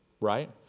right